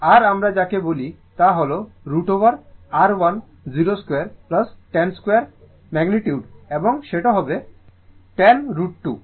তো r আমরা যাকে বলি তা হল √ ওভার R10 2 10 2 ম্যাগনিটিউড এবং সেটা হবে 10 √ 2